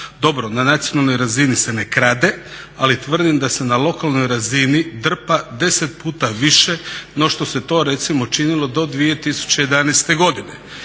dobro na nacionalnoj razini se ne krade, ali tvrdim da se na lokalnoj razini drpa deset puta više no što se to recimo činilo do 2011.godine.